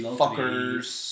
fuckers